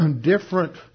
different